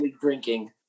drinking